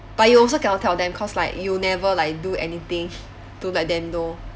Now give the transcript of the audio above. but you also cannot tell them cause like you never like do anything to let them know